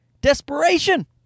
desperation